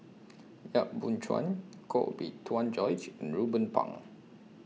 Yap Boon Chuan Koh Bee Tuan Joyce and Ruben Pang